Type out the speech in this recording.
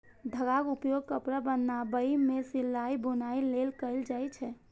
धागाक उपयोग कपड़ा बनाबै मे सिलाइ, बुनाइ लेल कैल जाए छै